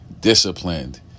disciplined